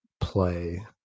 play